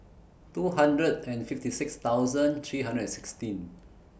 two hundred and fifty six thousand three hundred and sixteen